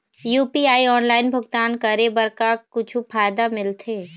UPI online भुगतान करे बर का कुछू फायदा मिलथे?